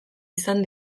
izan